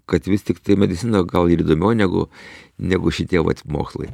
kad vis tiktai medicina gal ir įdomiau negu negu šitie mokslai